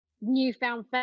newfound